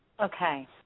Okay